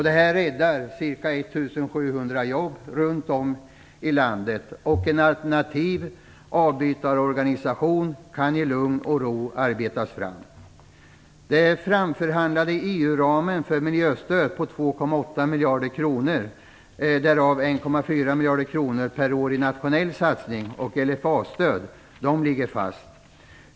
Detta räddar ca 1 700 jobb runt om i landet, och en alternativ avbytarorganisation kan i lugn och ro arbetas fram. 2,8 miljarder kronor, därav 1,4 miljarder per år i nationell satsning och LFA-stöd, ligger fast.